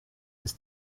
ist